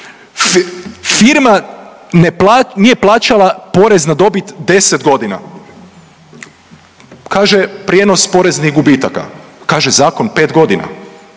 plati, nije plaćala porez na dobit 10 godina. Kaže, prijenos poreznih gubitaka, kaže zakon 5 godina.